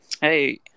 Hey